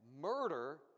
murder